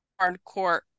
hardcore